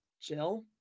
Jill